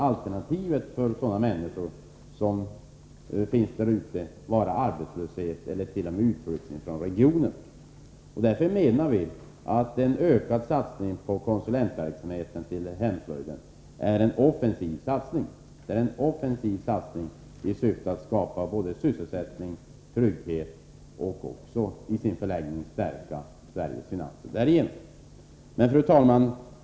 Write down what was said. Alternativet för människorna där är annars arbetslöshet eller t.o.m. utflyttning från regionen. Därför anser vi att en ökad satsning på konsulentverksamheten till hemslöjden är en offensiv satsning i syfte att skapa både sysselsättning, trygghet och, i sin förlängning, att stärka Sveriges finanser. Fru talman!